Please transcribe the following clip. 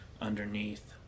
underneath